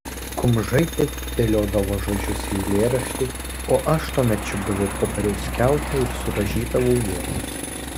kumžaitė dėliodavo žodžius į eilėraštį o aš tuomet čiupdavau popieriaus skiautę ir surašydavau juos